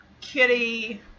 kitty